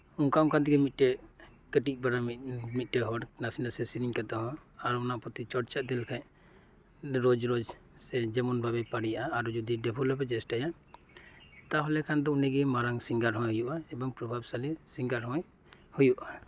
ᱚᱱᱠᱟ ᱚᱱᱠᱟ ᱛᱮᱜᱮ ᱢᱤᱫᱴᱮᱱ ᱠᱟᱹᱴᱤᱡ ᱯᱟᱨᱟ ᱢᱤᱫᱴᱮᱡ ᱦᱚᱲ ᱱᱟᱥᱮ ᱱᱟᱥᱮ ᱥᱮᱨᱮᱧ ᱠᱟᱛᱮᱫ ᱦᱚᱸ ᱟᱨ ᱚᱱᱟ ᱯᱚᱛᱤ ᱪᱚᱨᱪᱟ ᱤᱫᱤᱞᱮᱠᱷᱟᱱ ᱨᱚᱡ ᱨᱚᱡ ᱥᱮ ᱡᱮᱢᱚᱱ ᱵᱷᱟᱵᱮᱭ ᱯᱟᱨᱮᱭᱟᱜ ᱟ ᱟᱨᱚ ᱡᱚᱫᱤ ᱰᱮᱵᱷᱮᱞᱚᱯᱮ ᱪᱮᱥᱴᱟᱭᱟ ᱛᱟᱦᱚᱞᱮ ᱠᱷᱟᱱ ᱫᱚ ᱩᱱᱤᱜᱤ ᱢᱟᱨᱟᱝ ᱥᱤᱝᱜᱟᱨ ᱦᱚᱭ ᱦᱩᱭᱩᱜ ᱟ ᱮᱵᱚᱝ ᱯᱨᱚᱵᱷᱟᱵ ᱥᱟᱞᱤ ᱥᱤᱝᱜᱟᱨ ᱦᱚᱭ ᱦᱩᱭᱩᱜ ᱟ